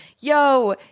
yo